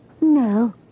No